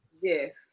yes